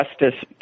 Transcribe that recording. Justice